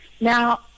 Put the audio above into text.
Now